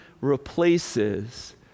replaces